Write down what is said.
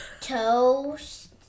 toast